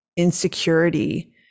insecurity